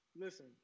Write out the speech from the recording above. Listen